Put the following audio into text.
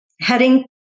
heading